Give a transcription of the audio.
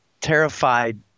terrified